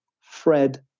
Fred